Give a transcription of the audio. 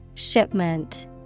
Shipment